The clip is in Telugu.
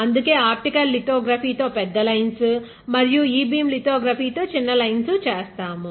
అందుకే ఆప్టికల్ లితోగ్రఫీ తో పెద్ద లైన్స్ మరియు ఇ బీమ్ లితోగ్రఫీ తో చిన్న లైన్స్ చేస్తాము